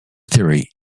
theory